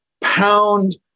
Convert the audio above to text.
pound